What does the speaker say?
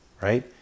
right